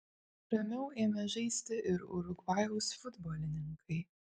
ramiau ėmė žaisti ir urugvajaus futbolininkai